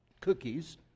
cookies